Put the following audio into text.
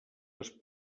les